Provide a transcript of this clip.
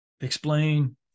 explain